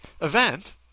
event